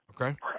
Okay